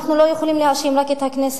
אנחנו לא יכולים להאשים רק את הכנסת